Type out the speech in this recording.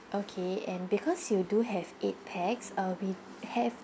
okay and because you do have eight pax uh we have